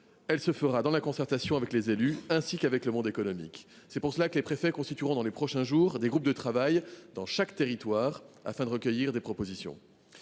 Elle se fera en concertation avec les élus et le monde économique. À cet effet, les préfets constitueront dans les prochains jours des groupes de travail dans chaque territoire afin de recueillir des propositions.